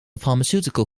pharmaceutical